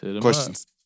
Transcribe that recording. Questions